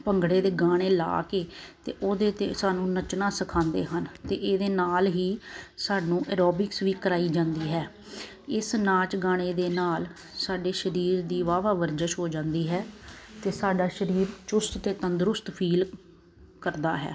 ਭੰਗੜੇ ਦੇ ਗਾਣੇ ਲਾ ਕੇ ਅਤੇ ਉਹਦੇ 'ਤੇ ਸਾਨੂੰ ਨੱਚਣਾ ਸਿਖਾਉਂਦੇ ਹਨ ਅਤੇ ਇਹਦੇ ਨਾਲ ਹੀ ਸਾਨੂੰ ਅਰੋਬਿਕਸ ਵੀ ਕਰਵਾਈ ਜਾਂਦੀ ਹੈ ਇਸ ਨਾਚ ਗਾਣੇ ਦੇ ਨਾਲ ਸਾਡੇ ਸਰੀਰ ਦੀ ਵਾਹਵਾ ਵਰਜਿਸ਼ ਹੋ ਜਾਂਦੀ ਹੈ ਅਤੇ ਸਾਡਾ ਸਰੀਰ ਚੁਸਤ ਅਤੇ ਤੰਦਰੁਸਤ ਫੀਲ ਕਰਦਾ ਹੈ